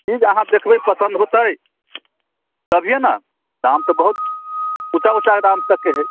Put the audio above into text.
चीज अहाँ देखबै पसन्द होयतै तभिये ने दाम तऽ बहुत ऊँचा ऊँचा दाम तकके हइ